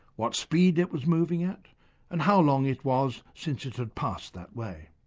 what speed it was moving at and how long it was since it had passed that way.